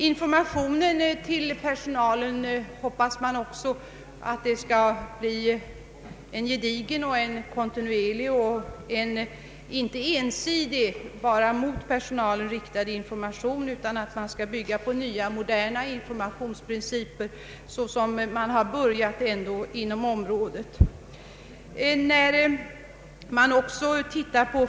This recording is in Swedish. Informationen till personalen hoppas man också skall bli gedigen, kontinuerlig och inte ensi dig, alltså enbart riktad mot personalen, och att den kommer att bygga på de moderna principer som man börjat följa inom detta område.